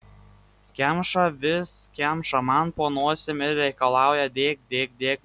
kemša vis kemša man po nosim ir reikalauja dėk dėk dėk